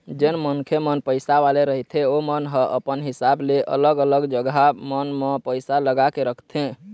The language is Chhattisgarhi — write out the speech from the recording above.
जेन मनखे मन पइसा वाले रहिथे ओमन ह अपन हिसाब ले अलग अलग जघा मन म पइसा लगा के रखथे